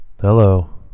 hello